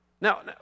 Now